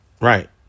Right